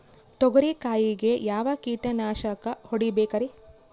ತೊಗರಿ ಕಾಯಿಗೆ ಯಾವ ಕೀಟನಾಶಕ ಹೊಡಿಬೇಕರಿ?